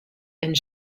and